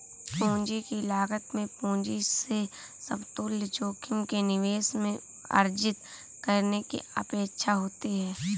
पूंजी की लागत में पूंजी से समतुल्य जोखिम के निवेश में अर्जित करने की अपेक्षा होती है